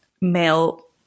male